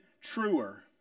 truer